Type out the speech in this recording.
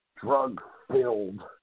drug-filled